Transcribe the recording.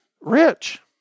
rich